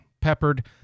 peppered